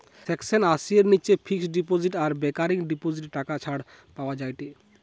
section আশি C এর নিচে ফিক্সড ডিপোজিট আর রেকারিং ডিপোজিটে টাকা ছাড় পাওয়া যায়েটে